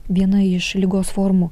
viena iš ligos formų